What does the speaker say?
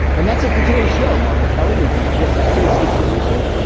and that's it for today's show, margaret kelly is the gist associate producer.